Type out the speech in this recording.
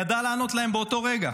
והוא ידע לענות להם באותו רגע.